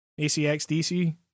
ACXDC